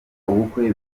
ubukwe